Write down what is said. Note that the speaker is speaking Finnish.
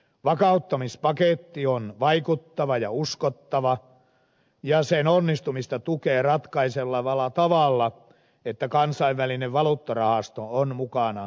vakauttamispaketti on vaikuttava ja uskottava ja sen onnistumista tukee ratkaisevalla tavalla että kansainvälinen valuuttarahasto on mukana järjestelyissä